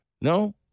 No